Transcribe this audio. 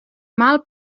mal